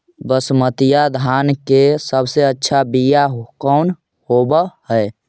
बसमतिया धान के सबसे अच्छा बीया कौन हौब हैं?